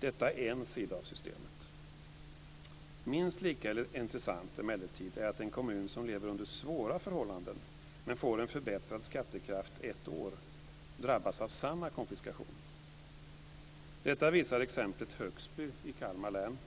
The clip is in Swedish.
Detta är en sida av systemet. Minst lika intressant är emellertid att en kommun som lever under svåra förhållanden men får en förbättrad skattekraft ett år drabbas av samma konfiskation. Detta visar exemplet Högsby i Kalmar län,